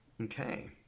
Okay